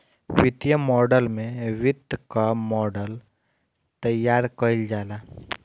वित्तीय मॉडल में वित्त कअ मॉडल तइयार कईल जाला